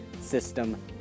System